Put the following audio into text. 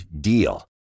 DEAL